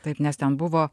taip nes ten buvo